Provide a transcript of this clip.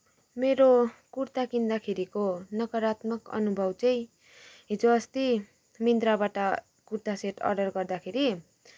मेरो कुर्ता किन्दाखेरिको नकारात्मक अनुभव चाहिँ हिजो अस्ति मिन्त्राबाट कुर्ता सेट अर्डर गर्दाखेरि